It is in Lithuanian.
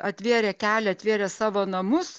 atvėrė kelią atvėrė savo namus